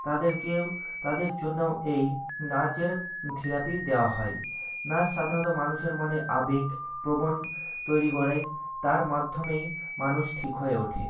তাদের কেউ তাদের জন্যও এই নাচের থেরাপি দেয়া হয় নাচ সাধারণত মানুষের মনে আবেগ প্রবণ তৈরি করে তার মাধ্যমেই মানুষ ঠিক হয়ে ওঠে